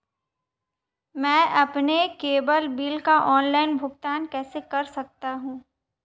मैं अपने cable bill का ऑनलाइन भुगतान कैसे कर सकता हूं?